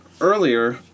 earlier